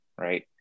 Right